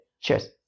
Cheers